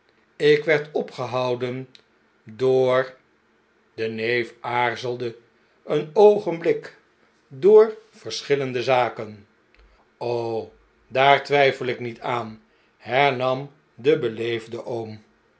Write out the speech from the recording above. ik werd opgehouden door de neef aarzelde een oogenblik door verschillende zaken daar twjjfel ik niet aan hernam de beleefde